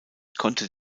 konnte